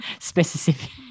specific